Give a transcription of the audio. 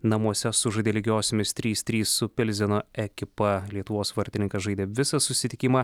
namuose sužaidė lygiosiomis trys trys su pilzeno ekipa lietuvos vartininkas žaidė visą susitikimą